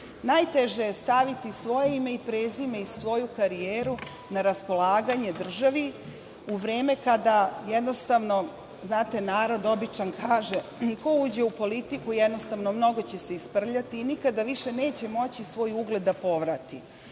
Najteže je staviti svoje ime i prezime i svoju karijeru na raspolaganju državi u vreme kada, znate, narod običan kaže, ko uđe u politiku, jednostavno, mnogo će se isprljati i nikada više neće moći svoj ugled da povrati.